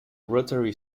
rotary